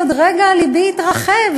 עוד רגע לבי יתרחב,